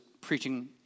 preaching